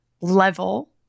level